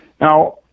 Now